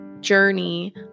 journey